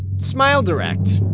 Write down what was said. smiledirect